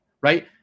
Right